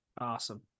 Awesome